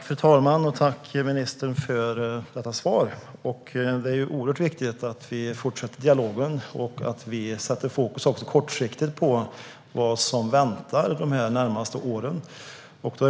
Fru talman! Tack, ministern, för detta svar! Det är oerhört viktigt att vi fortsätter dialogen och att vi sätter fokus också på det kortsiktiga, på vad som väntar de närmaste åren.